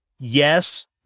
Yes